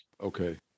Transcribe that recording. Okay